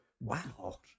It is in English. wow